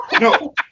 No